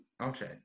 Okay